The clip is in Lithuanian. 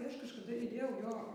kai aš kažkada įdėjau jo